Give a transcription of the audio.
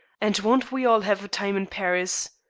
and won't we all have a time in paris!